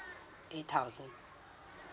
eight thousand